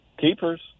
Keepers